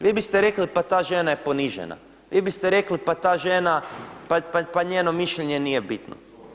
Vi biste rekli pa ta žena je ponižena, vi biste rekli pa ta žena, pa njeno mišljenje nije bitno.